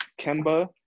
Kemba